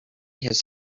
his